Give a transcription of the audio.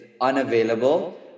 unavailable